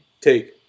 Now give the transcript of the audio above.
take